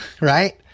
right